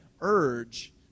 urge